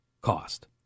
cost